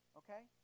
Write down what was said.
okay